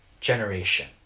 Generation